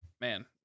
man